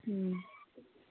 ꯎꯝ